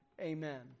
amen